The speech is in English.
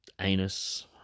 anus